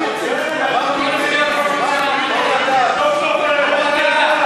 חבר הכנסת הנגבי נהנה מכל רגע בדו-שיח הזה,